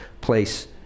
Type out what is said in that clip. place